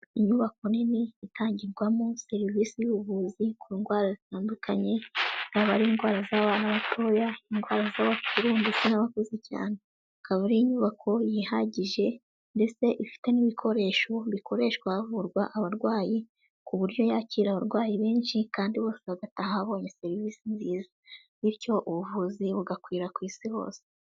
Inyubako nini itangirwamo serivisi z'ubuvuzi ku ndwara zitandukanye, yaba ari indwara z'abana batoya, indwa z'abakuru ndetse n'abakuze cyane, ikaba ari inyubako yihagije ndetse ifite n'ibikoresho bikoreshwa havurwa abarwayi, ku buryo yakira abarwayi benshi kandi bose bagataha babonye serivisi nziza, bityo ubuvuzi bugakwira ku isi hose.